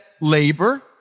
labor